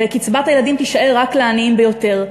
וקצבת הילדים תישאר רק לעניים ביותר,